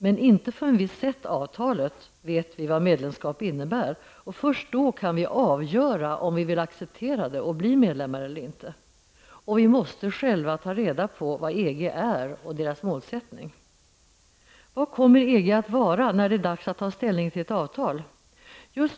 Men inte förrän vi har sett avtalet vet vi vad ett medlemskap innebär, och först då kan vi avgöra om vi vill acceptera det och bli medlemmar eller inte. Vi måste själva ta reda på vad EG och dess målsättning är. Vad kommer EG att vara när det är dags att ta ställning till ett avtal?